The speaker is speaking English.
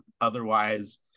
otherwise